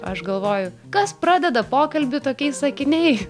aš galvoju kas pradeda pokalbį tokiais sakiniai